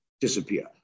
disappear